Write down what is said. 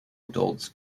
adults